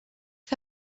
que